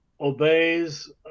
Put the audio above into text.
obeys